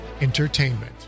Entertainment